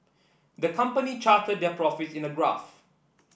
the company charted their profits in a graph